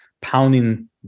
pounding